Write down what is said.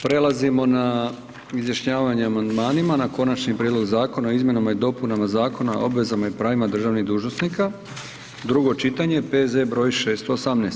Prelazimo na izjašnjavanje o amandmanima na Končani prijedlog zakona o izmjenama i dopunama Zakona o obvezama i pravima državnih dužnosnika, drugo čitanje, P.Z. br. 618.